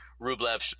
Rublev